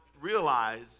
realize